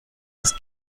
das